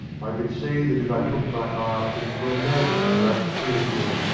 i could see that if i took my eye off him for a moment he might spring at me,